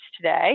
today